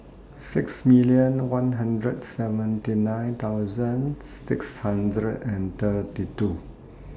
six million one hundred seventy nine thousand six hundred and thirty two